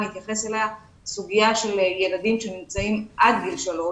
סוגיית ילדים שנמצאים עד גיל שלוש